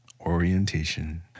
Orientation